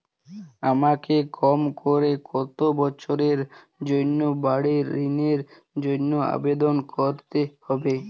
আমাকে কম করে কতো বছরের জন্য বাড়ীর ঋণের জন্য আবেদন করতে হবে?